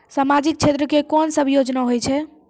समाजिक क्षेत्र के कोन सब योजना होय छै?